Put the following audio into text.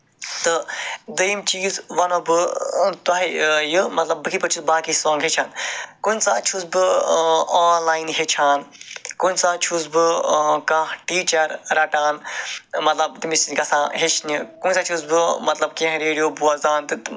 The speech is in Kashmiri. تہٕ دٔیِم چیٖز وَنہٕ بہٕ تۄہہِ یہِ مطلب بہٕ کِتھۍ پٲٹھۍ چھُس باقٕے ساںگ ہٮ۪چھان کُنہِ ساتہٕ چھُس بہٕ آنلاین ہٮ۪چھان کُنہِ ساتہٕ چھُس بہٕ کانہہ ٹیٖچر ڑَٹان مطلب تٔمِس نِش گژھان ہٮ۪چھنہِ کُنہِ ساتہٕ چھُس بہٕ کیٚنہہ رٮ۪ڈیو گژھان بوزان